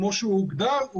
כפי שהוגדר,